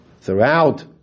throughout